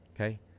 okay